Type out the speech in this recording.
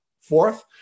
Fourth